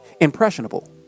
impressionable